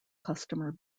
customer